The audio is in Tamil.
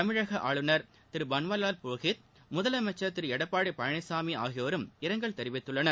தமிழக ஆளுநர் திரு பன்வாரிவால் புரோஹித் முதலமைச்சர் திரு எடப்பாடி பழனிசாமி ஆகியோரும் இரங்கல் தெரிவித்துள்ளனர்